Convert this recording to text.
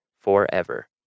forever